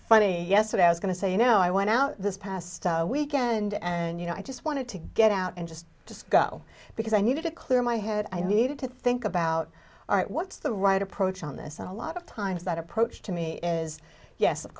funny yesterday i was going to say you know i went out this past weekend and you know i just wanted to get out and just just go because i need to clear my head i need to think about what's the right approach on this and a lot of times that approach to me is yes of